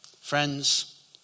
Friends